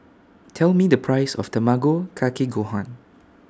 Tell Me The Price of Tamago Kake Gohan